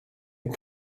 ein